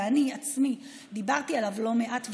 ואני עצמי דיברתי עליו לא מעט,